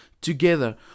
together